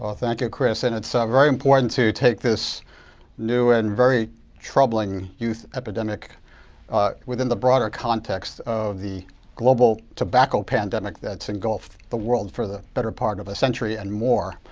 ah thank you, chris. and it's ah very important to take this new and very troubling youth epidemic within the broader context of the global tobacco pandemic that's engulfed the world for the better part of a century and more.